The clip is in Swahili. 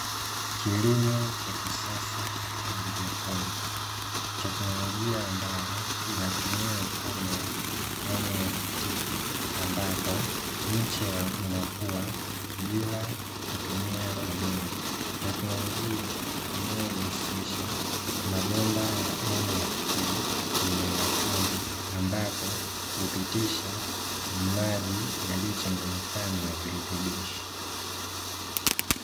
Kilimo cha kisasa cha haidroponi, teknolojia ambayo inatumia mfumo wa "NFT" ambapo mche unakua bila kutumia udongo, teknolojia inayohusisha mabomba ya "NFT" yenye matundu ambapo hupitisha maji yaliyochanganyikana na virutubishi.